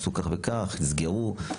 יסגרו,